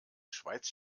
schweiz